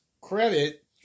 credit